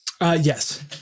yes